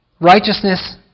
righteousness